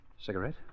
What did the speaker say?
Cigarette